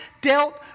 dealt